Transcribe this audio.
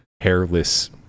hairless